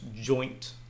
joint